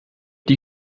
die